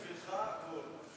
בשבילך הכול,